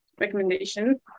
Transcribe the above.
recommendation